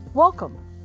Welcome